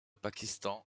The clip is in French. pakistan